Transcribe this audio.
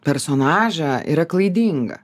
personažą yra klaidinga